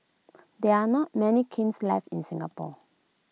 there are not many kilns left in Singapore